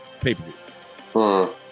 pay-per-view